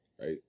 right